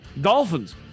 Dolphins